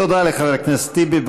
תודה לחבר הכנסת טיבי.